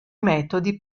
metodi